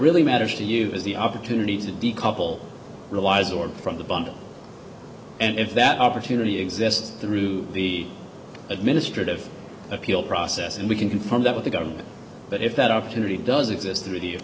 really matters to you is the opportunity to decouple relies or from the bundle and if that opportunity exists through the administrative appeals process and we can confirm that with the government but if that opportunity does exist through the